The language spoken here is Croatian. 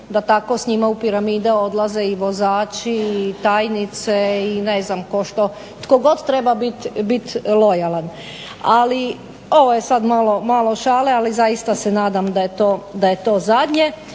da tako u piramide s njima odlaze i vozači i tajnice i ne znam tko god treba biti lojalan. Ali ovo je malo šale ali zaista se nadam da je ovo zadnje,